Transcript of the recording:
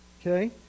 Okay